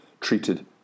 treated